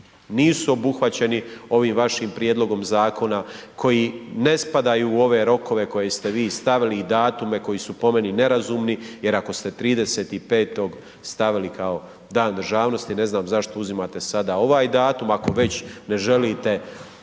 nisu obuhvaćeni ovim vašim prijedlogom zakona, koji ne spadaju u ove rokove koje ste vi stavili i datume koji su po meni nerazumni, jer ako ste 30.5. stavili kao Dan državnosti, ne znam zašto uzimate sada ovaj datum. Ako već ne želite